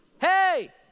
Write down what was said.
Hey